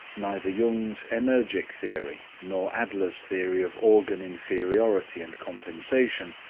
neither jung's energic theory, nor adler's theory of organ inferiority and compensation,